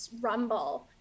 rumble